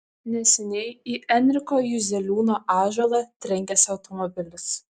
neseniai į enriko juzeliūno ąžuolą trenkėsi automobilis